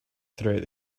throughout